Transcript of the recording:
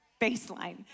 baseline